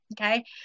Okay